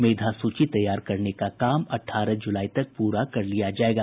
मेधा सूची तैयार करने का काम अठारह जुलाई तक पूरा कर लिया जायेगा